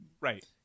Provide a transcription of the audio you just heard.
Right